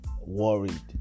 worried